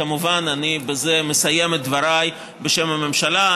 כמובן, בזה אני מסיים את דבריי בשם הממשלה.